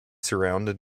surrounded